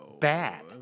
bad